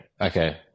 Okay